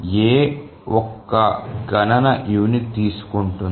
A ఒక గణన unit తీసుకుంటుంది